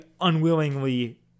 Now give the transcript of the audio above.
unwillingly